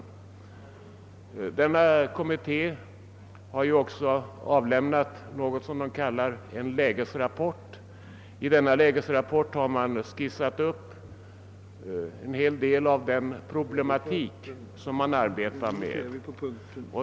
Denna kommitté har också avlämnat någonting som den kallar en lägesrapport. I denna lägesrapport har man skisserat upp en hel del av den problematik som man arbetar med.